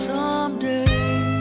Someday